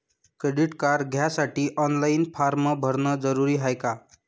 Credit card घ्यासाठी online form भरन जरुरीच हाय का?